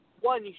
one